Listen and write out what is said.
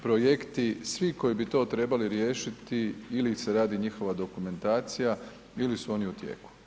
Projekti svi koji bi to trebali riješiti ili se radi njihova dokumentacija ili su oni u tijeku.